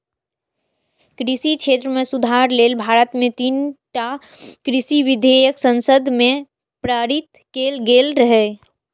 कृषि क्षेत्र मे सुधार लेल भारत मे तीनटा कृषि विधेयक संसद मे पारित कैल गेल रहै